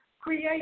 create